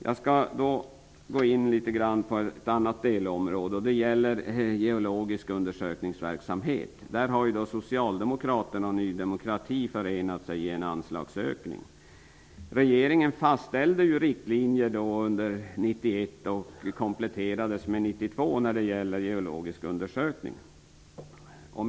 Jag skall nu gå över till ett annat delområde. Det gäller geologisk undersökningsverksamhet, där Socialdemokraterna och Ny demokrati har förenat sig i ett förslag om anslagsökning. 1991 fastställde regeringen riktlinjer för geologisk undersökning, vilka kompletterades 1992.